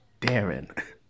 Darren